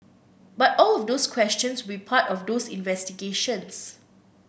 but all of those questions will part of those investigations